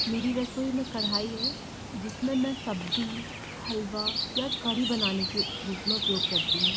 मेरी रसोई में कढ़ाई है जिसमें मैं सब्जी हलवा या कढ़ी बनाने के रूप में उपयोग करती हूँ